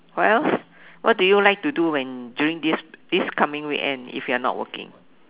what else what do you like to do when during this this coming weekend if you're not working